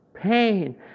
pain